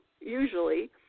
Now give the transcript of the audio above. usually